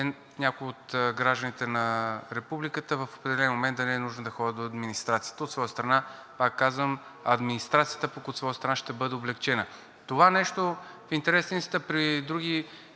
някои от гражданите на Републиката в определен момент да не е нужно да ходят до администрацията, от своя страна, пак казвам, администрацията пък, от своя страна, ще бъде облекчена. Това нещо, в интерес на истината, при други